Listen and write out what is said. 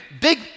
big